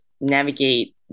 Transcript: navigate